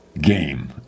game